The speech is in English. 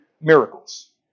miracles